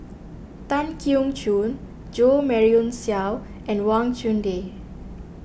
Tan Keong Choon Jo Marion Seow and Wang Chunde